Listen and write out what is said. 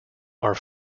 are